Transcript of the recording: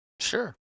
Sure